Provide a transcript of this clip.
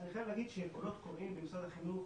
אני חייב להגיד שקולות קוראים במשרד החינוך